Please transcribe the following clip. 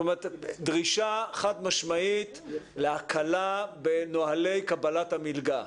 דרישה חד משמעית להקלה בנוהלי קבלת המלגה.